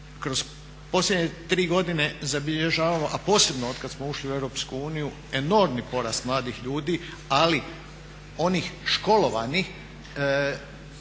Kroz posljednje tri godine zabilježavamo, a posebno otkad smo ušli u Europsku uniju enormni porast mladih ljudi, ali onih školovanih